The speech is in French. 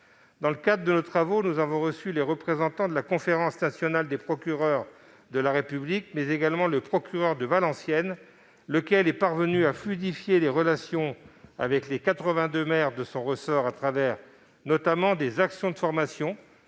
Dans le cadre de nos travaux, nous avons reçu les représentants de la Conférence nationale des procureurs de la République, mais également le procureur de Valenciennes, lequel est parvenu à fluidifier les relations avec les quatre-vingt-deux maires de son ressort au travers notamment d'actions de formation